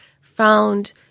found